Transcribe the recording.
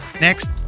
Next